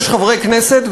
יש חברי כנסת,